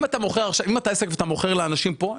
אם אתה עסק ואתה מוכר לאנשים כאן,